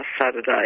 Saturday